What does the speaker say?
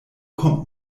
kommt